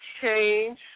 change